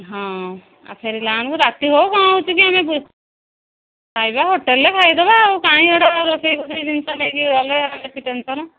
ହଁ ଆଉ ଫେରିଲା ବେଳୁ ରାତି ହଉ କ'ଣ ହେଉଛି କି ଆମେ ଖାଇବା ହୋଟେଲ୍ରେ ଖାଇଦବା ଆଉ କାଇଁ ରୋଷେଇ ଫୋଷେଇ ଜିନିଷ ନେଇକି ଗଲେ ବେଶୀ ଟେନ୍ସନ୍